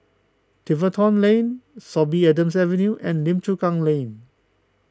Tiverton Lane Sorby Adams Drive and Lim Chu Kang Lane